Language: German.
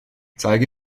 zeige